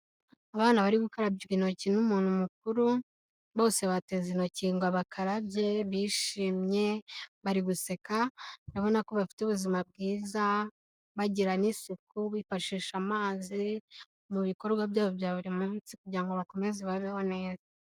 Abana bari gukarabywa intoki n'umuntu mukuru bose bateza intoki ngo abakarabye, bishimye bari guseka urabona ko bafite ubuzima bwiza, bagira n'isuku bifashisha amazi mu bikorwa byabo bya buri munsi kugira ngo bakomeze babeho neza.